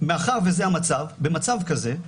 במצב כזה,